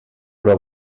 però